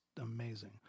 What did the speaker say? amazing